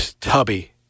tubby